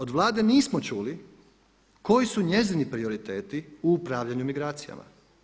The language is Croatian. Od Vlade nismo čuli koji su njezini prioriteti u upravljanju migracijama?